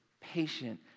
patient